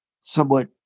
somewhat